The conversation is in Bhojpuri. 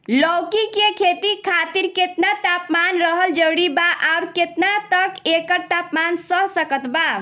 लौकी के खेती खातिर केतना तापमान रहल जरूरी बा आउर केतना तक एकर तापमान सह सकत बा?